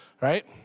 right